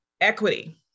equity